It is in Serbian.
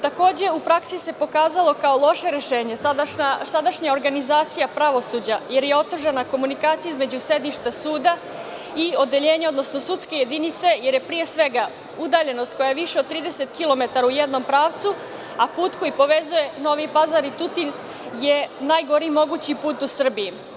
Takođe, u praksi se pokazalo kao loše rešenje sadašnja organizacija pravosuđa, jer je otežana komunikacija između sedišta suda i odeljenja, odnosno sudske jedinice jer je pre svega udaljenost koja je više od 30 kilometara u jednom pravcu, a put koji povezuje Novi Pazar i Tutin je najgori mogući put u Srbiji.